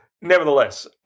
Nevertheless